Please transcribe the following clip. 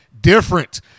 Different